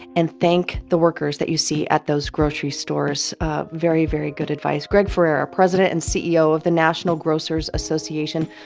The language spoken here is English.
and thank the workers that you see at those grocery stores very, very good advice. greg ferrara, president and ceo of the national grocers association,